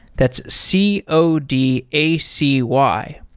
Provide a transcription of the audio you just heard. that's c o d a c y.